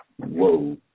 Whoa